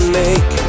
make